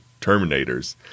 Terminators